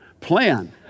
plan